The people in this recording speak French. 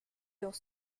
dans